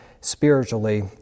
spiritually